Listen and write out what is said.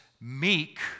meek